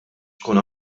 tkun